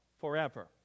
forever